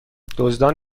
دزدان